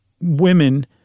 women